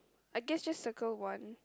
I guess just circle one